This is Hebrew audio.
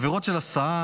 עבירות של הסעה,